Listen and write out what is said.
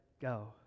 go